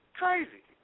crazy